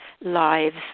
Lives